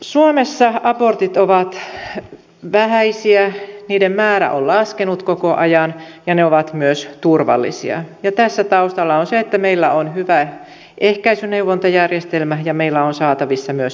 suomessa abortit ovat vähäisiä niiden määrä on laskenut koko ajan ja ne ovat myös turvallisia ja tässä taustalla on se että meillä on hyvä ehkäisyneuvontajärjestelmä ja meillä on saatavissa myös ehkäisyvälineitä